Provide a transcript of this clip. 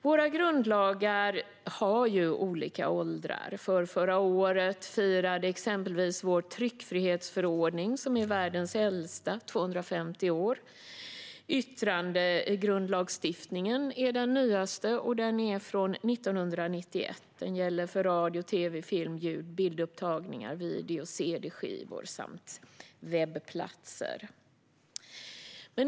Våra grundlagar har olika åldrar. Förrförra året firade exempelvis vår tryckfrihetsförordning, världens äldsta, 250 år. Yttrandefrihetsgrundlagen är den nyaste, och den är från 1991. Den gäller för radio, tv, film, ljud och bildupptagningar, video, cd-skivor och webbplatser.